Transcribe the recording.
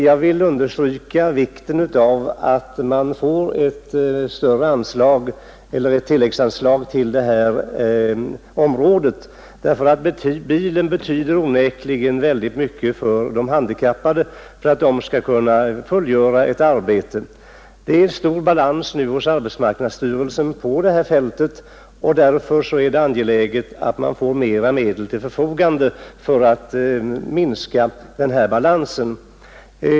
Jag vill dock understryka vikten av att man får ett tilläggsanslag till detta område därför att bilen betyder onekligen väldigt mycket för de handikappade, för att de skall kunna fullgöra ett arbete. Det är stor balans nu hos arbetsmarknadsstyrelsen på detta fält. Därför är det angeläget att man får ökade medel till sitt förfogande för att minska den balansen.